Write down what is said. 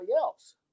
else